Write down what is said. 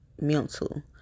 mental